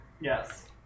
Yes